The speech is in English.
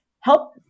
help